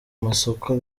masoko